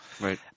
Right